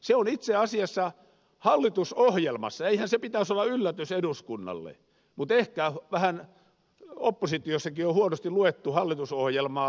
se on itse asiassa hallitusohjelmassa eihän sen pitäisi olla yllätys eduskunnalle mutta ehkä vähän oppositiossakin on huonosti luettu hallitusohjelmaa